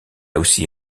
aussi